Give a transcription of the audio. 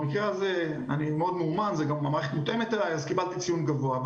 במקרה הזה אני מאוד מאומן והמערכת מותאמת אלי קיבלתי ציון גבוה.